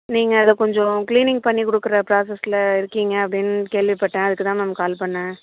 நீங்க அத கொஞ்சம் கிளீனிங் பண்ணி குடுக்குற ப்ராஸஸ்ல இருக்கீங்க அப்படினு கேள்விப்பட்டேன் அதுக்குதான் மேம் கால் பண்ணினேன்